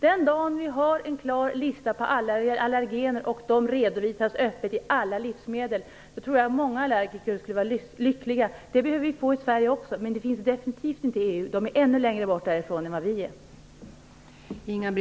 Den dagen vi har en klar lista på allergener och de redovisas öppet i alla livsmedel tror jag att många allergiker skulle vara lyckliga. En sådan behöver vi få i Sverige också. Men den finns definitivt inte i EU. De är ännu längre därifrån än vi är.